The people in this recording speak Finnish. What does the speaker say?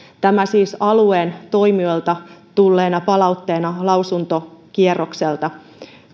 tämä siis alueen toimijoilta tulleena palautteena lausuntokierrokselta